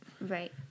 Right